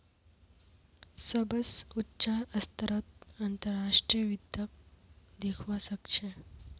सबस उचा स्तरत अंतर्राष्ट्रीय वित्तक दखवा स ख छ